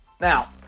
Now